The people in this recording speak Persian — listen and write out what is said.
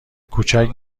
کوچک